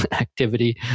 activity